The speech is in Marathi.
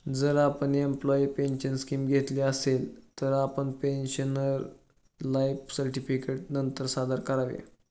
जर आपण एम्प्लॉयी पेन्शन स्कीम घेतली असेल, तर आपण पेन्शनरचे लाइफ सर्टिफिकेट नंतर सादर करावे